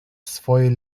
swojej